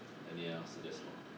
then 你要 suggest 什么